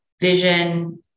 vision